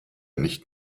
nicht